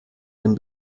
dem